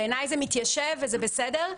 בעיניי זה מתיישב וזה בסדר.